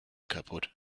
kaputt